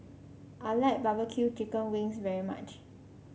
I like B B Q Chicken Wings very much